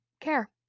care